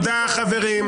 תודה, חברים.